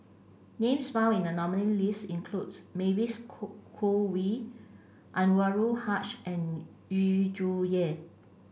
names found in the nominees' list includes Mavis Khoo Wei Anwarul Haque and Yu Zhuye